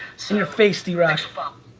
in your face, drock. um